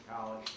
college